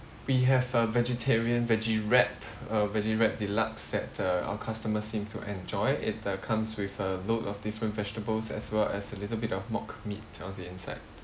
we have a vegetarian veggie wrap uh veggie wrap deluxe set uh our customers seem to enjoy it uh comes with a load of different vegetables as well as a little bit of mock meat on the inside